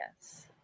yes